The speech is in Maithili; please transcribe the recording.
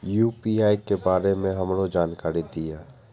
यू.पी.आई के बारे में हमरो जानकारी दीय?